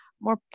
more